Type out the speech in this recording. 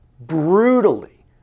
brutally